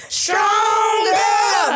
stronger